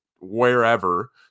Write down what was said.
wherever